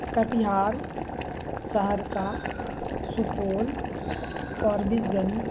Katihar Saharsa Supaul Forbes Ganj